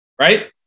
right